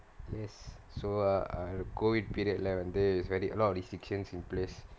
yes so uh I go with period eleven days where they a lot of restrictions in place